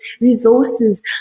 resources